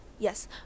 Yes